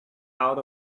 out